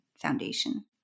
Foundation